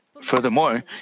Furthermore